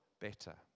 better